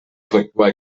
efectuar